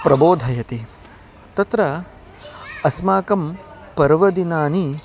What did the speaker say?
प्रबोधयति तत्र अस्माकं पर्वदिनानि